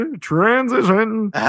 transition